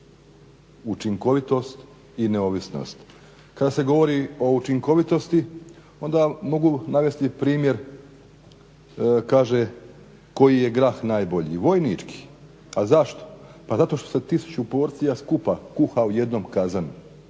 učinkovitost i neovisnost. Kad se govori o učinkovitosti onda mogu navesti primjer kaže koji je grah najbolji, vojnički. A zašto? Pa zato što se tisuću porcija skupa kuha u jednom kazanu.